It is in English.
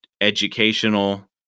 educational